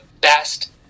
best